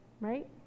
Right